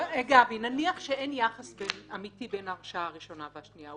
נניח שאין יחס אמיתי בין ההרשעה הראשונה והשנייה,